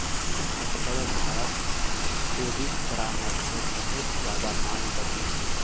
आजकल भारत्त क्रेडिट परामर्शेर बहुत ज्यादा मांग बढ़ील छे